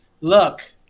Look